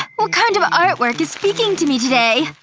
what kind of artwork is speaking to me today?